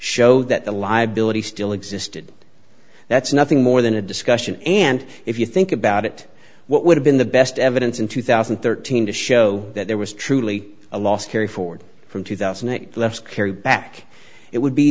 show that the liabilities still existed that's nothing more than a discussion and if you think about it what would have been the best evidence in two thousand and thirteen to show that there was truly a loss carryforwards from two thousand and eight less carry back it would be